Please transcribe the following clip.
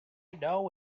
know